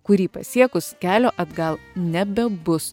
kurį pasiekus kelio atgal nebebus